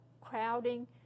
crowding